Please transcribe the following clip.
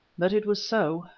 but it was so,